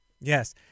yes